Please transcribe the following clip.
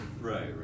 right